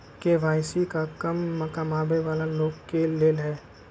KYC का कम कमाये वाला लोग के लेल है?